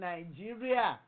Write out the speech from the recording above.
Nigeria